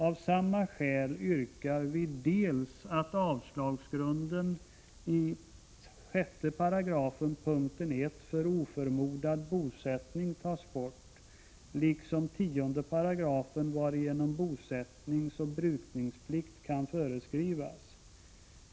Av samma skäl yrkar vi på att avslagsgrunden i 6 § punkt 1 för oförmodad bosättning tas bort, liksom 10 §, varigenom bosättningsoch brukningsplikt kan föreskrivas.